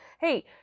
Hey